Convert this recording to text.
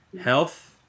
health